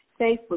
Facebook